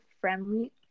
friendly